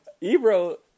Ebro